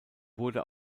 wurde